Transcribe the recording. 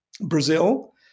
Brazil